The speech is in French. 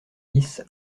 dix